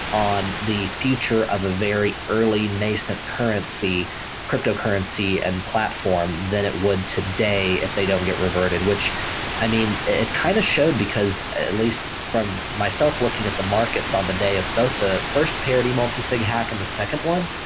on the future of the very early nascent cryptocurrency cryptocurrency and platform than it would today if they don't get reverted, which i mean it kindof kind of showed, because at least from myself looking at the markets on the day of both the first parody multisig hack and the second one,